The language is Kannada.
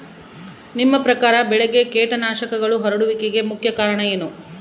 ನಿಮ್ಮ ಪ್ರಕಾರ ಬೆಳೆಗೆ ಕೇಟನಾಶಕಗಳು ಹರಡುವಿಕೆಗೆ ಮುಖ್ಯ ಕಾರಣ ಏನು?